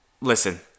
listen